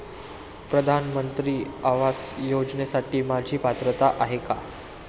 प्रधानमंत्री आवास योजनेसाठी माझी पात्रता आहे का?